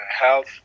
health